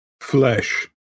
flesh